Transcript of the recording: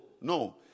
No